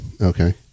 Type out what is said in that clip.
Okay